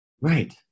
Right